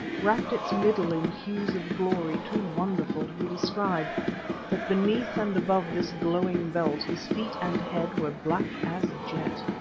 wrapped its middle in hues of glory too wonderful to be described but beneath and above this glowing belt his feet and head were black as jet.